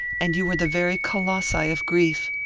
and you were the very colossi of grief.